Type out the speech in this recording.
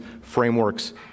frameworks